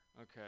Okay